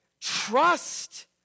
trust